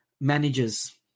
managers